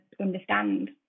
understand